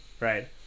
Right